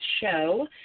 show